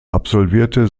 absolvierte